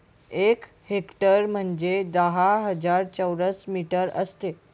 एक हेक्टर म्हणजे दहा हजार चौरस मीटर असते